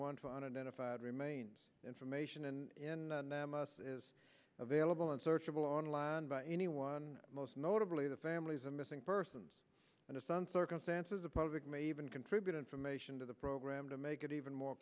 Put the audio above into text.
five remains information in is available and searchable online by anyone most notably the families of missing persons and a son circumstances a product may even contribute information to the program to make it even more